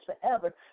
forever